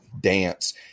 dance